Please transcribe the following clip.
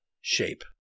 shape